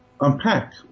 unpack